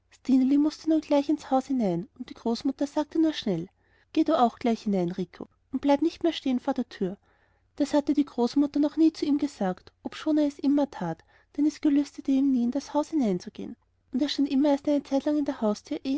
mußte nun gleich ins haus hinein und die großmutter sagte nur schnell geh du auch gleich hinein rico und bleib nicht mehr stehen vor der tür das hatte die großmutter noch nie zu ihm gesagt obschon er es immer tat denn es gelüstete ihm nie in das haus hineinzugehen und er stand immer erst eine zeitlang vor der haustür